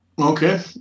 Okay